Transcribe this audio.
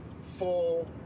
full